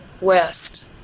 west